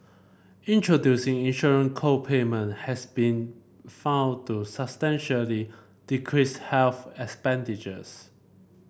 introducing insurance co payment has been found to substantially decrease health expenditures